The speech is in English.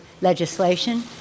legislation